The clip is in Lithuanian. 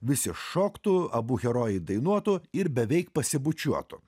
visi šoktų abu herojai dainuotų ir beveik pasibučiuotų